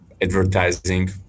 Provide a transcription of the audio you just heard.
advertising